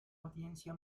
audiencia